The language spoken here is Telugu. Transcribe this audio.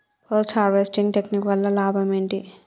పోస్ట్ హార్వెస్టింగ్ టెక్నిక్ వల్ల లాభం ఏంటి?